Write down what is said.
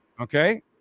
okay